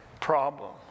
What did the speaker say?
problem